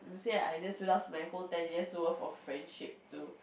you see I just lose my whole ten years of friendship too